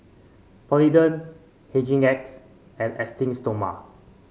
Polident Hygin X and Esteem Stoma